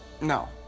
no